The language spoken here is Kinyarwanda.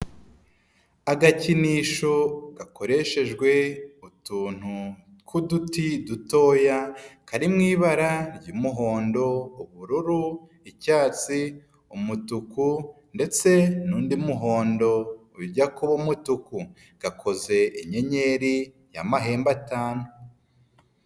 Agakinisho gakoreshejwe utuntu tw'uduti dutoya, kari mu ibara ry'umuhondo, ubururu, icyatsi, umutuku ndetse n'undi muhondo ujya kuba umutuku. Gakoze inyenyeri y'amahembe atanu.